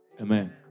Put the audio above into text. Amen